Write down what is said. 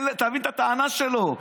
תבין את הטענה שלו.